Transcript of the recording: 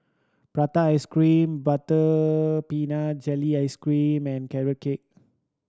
prata ice cream butter peanut jelly ice cream and Carrot Cake